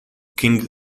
king